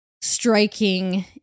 striking